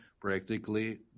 practically